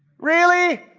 really?